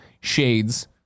shades